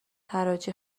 حراجی